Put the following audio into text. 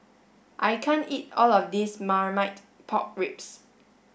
I can't eat all of this marmite pork ribs